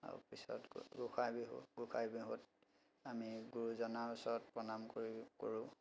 তাৰ পিছত আকৌ গোসাঁই বিহু গোসাঁই বিহুত আমি গুৰজনাৰ ওচৰত প্ৰণাম কৰি কৰোঁ